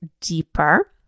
deeper